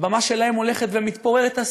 הבמה שלהם הולכת ומתפוררת.